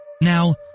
Now